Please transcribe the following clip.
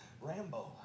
Rambo